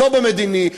לא במדיני,